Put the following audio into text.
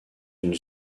une